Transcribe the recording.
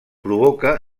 provoca